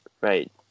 right